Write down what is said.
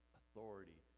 authority